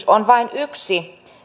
on vain yksi